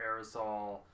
aerosol